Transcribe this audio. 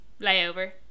layover